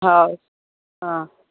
ହଉ ହଁ